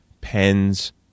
pens